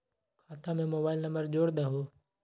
खाता में mobile number जोड़ दहु?